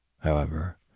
However